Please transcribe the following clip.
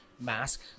mask